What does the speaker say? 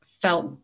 felt